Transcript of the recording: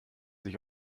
sich